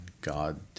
God